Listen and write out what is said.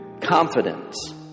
confidence